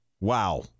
Wow